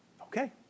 Okay